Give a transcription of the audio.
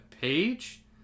Page